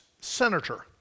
senator